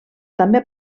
també